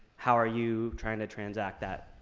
how are you trying to transact that?